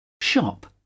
Shop